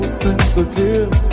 sensitive